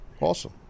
Awesome